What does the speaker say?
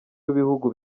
b’ibihugu